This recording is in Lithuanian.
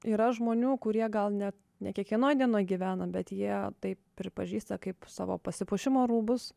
yra žmonių kurie gal ne ne kiekvienoj dienoj gyvena bet jie tai pripažįsta kaip savo pasipuošimo rūbus